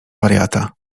wariata